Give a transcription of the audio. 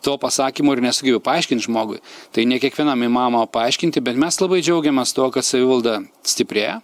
to pasakymo ir nesugebi paaiškint žmogui tai ne kiekvienam įmanoma paaiškinti bet mes labai džiaugiamės tuo kad savivalda stiprėja